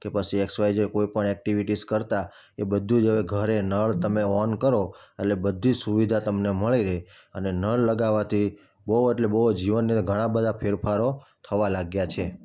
કે પછી X Y Z કોઈ પણ એક્ટિવિટીઝ કરતા એ બધું જ હવે ઘરે નળ તમે ઓન કરો એટલે બધી જ સુવિધા તમને મળી રહે અને નળ લગાવવાથી બહુ એટલે બહુ જીવનને ઘણા બધા ફેરફારો થવા લાગ્યા છે